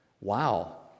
Wow